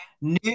new